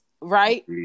right